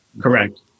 Correct